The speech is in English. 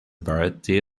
variety